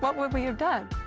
what would we have done?